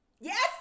Yes